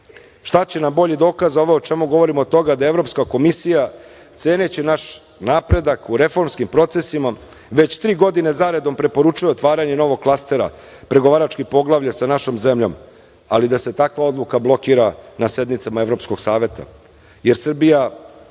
Šta će nam bolji dokaz za ovo o čemu govorimo od toga da Evropska komisija, ceneći naš napredak u reformskim procesima, već tri godine zaredom preporučuje otvaranje novog klastera pregovaračkih poglavlja sa našom zemljom, ali da se takva odluka blokira na sednicama Evropskog saveta,